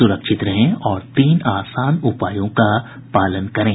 सुरक्षित रहें और इन तीन आसान उपायों का पालन करें